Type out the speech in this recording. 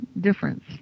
difference